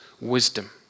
wisdom